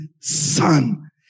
son